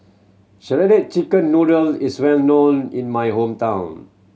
shredded chicken noodle is well known in my hometown